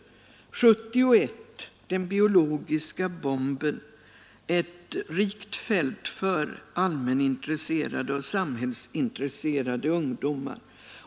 1971 kommer ”Den biologiska bomben” — ett rikt fält för allmänintresserade och samhällsintresserade ungdomar.